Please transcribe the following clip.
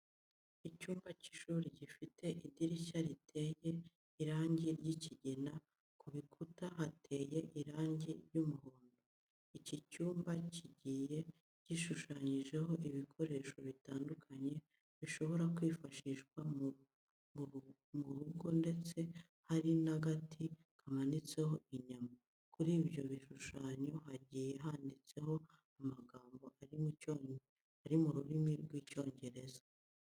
Icyumba cy'ishuri gifite idirishya riteye irangi ry'ikigina, ku bikuta hateye irangi ry'umuhondo. Iki cyumba kigiye gishushanyijeho ibikoresho bitandukanye bishobora kwifashishwa mu rugo ndetse hari n'agati kamanitseho inyama. Kuri ibyo bishushanyo hagiye handitseho amagambo ari mu rurimi rw'Icyongereza.